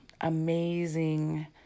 amazing